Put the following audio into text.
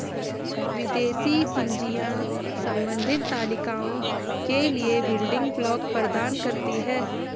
विदेशी कुंजियाँ संबंधित तालिकाओं के लिए बिल्डिंग ब्लॉक प्रदान करती हैं